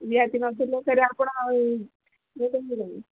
ରିହାତି